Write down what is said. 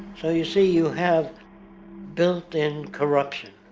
so you see, you have built-in corruption.